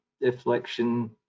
deflection